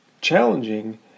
challenging